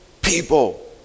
people